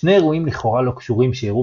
שני אירועים לכאורה לא קשורים שאירעו